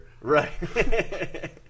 Right